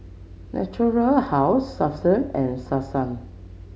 Natura House Selsun and Selsun